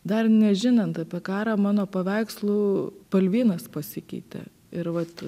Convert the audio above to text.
dar nežinant apie karą mano paveikslų spalvynas pasikeitė ir vat